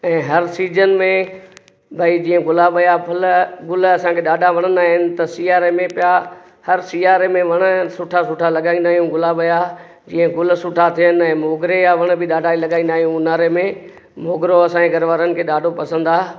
ऐं हर सीजन में भई जीअं गुलाब जा फुल गुल असांखे ॾाढा वणंदा आहिनि त सियारे में पिया हर सियारे में वण सुठा सुठा लॻाईंदा आहियूं गुलाब जा जीअं गुल सुठा थियनि ऐं मोगिरे जा वण बि ॾाढा ई लॻाईंदा आहियूं उन्हारे में मोगिरो असांजे घरवारनि खे ॾाढो पसंदि आहे